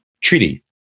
treaty